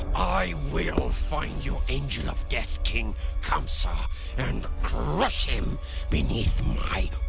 i will find your angel of death, king kamsa and crush him beneath my